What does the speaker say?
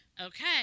Okay